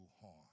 harm